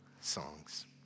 songs